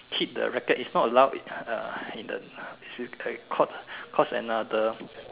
hit the racket is not loud uh in the as in court cause another